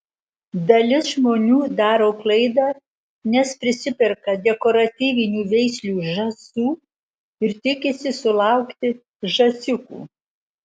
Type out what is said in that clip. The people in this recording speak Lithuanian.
dalis žmonių daro klaidą nes prisiperka dekoratyvinių veislių žąsų ir tikisi sulaukti žąsiukų